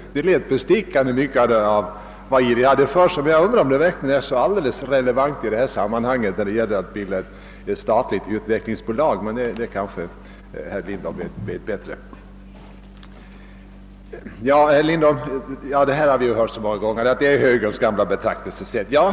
Mycket av vad jag hörde att IRI hade för sig lät bestickande, men jag undrar om det är relevant i detta sammanhang där det gäller att bilda ett statligt utvecklingsbolag. Argumentet att detta är högerns gamla betraktelsesätt har